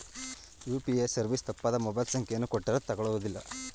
UPA service ತಪ್ಪಾದ mobile ಸಂಖ್ಯೆಯನ್ನು ಕೊಟ್ಟರೇ ತಕೊಳ್ಳುವುದಿಲ್ಲ